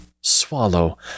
swallow